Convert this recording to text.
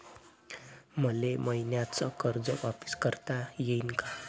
मले मईन्याचं कर्ज वापिस करता येईन का?